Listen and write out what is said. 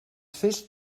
fes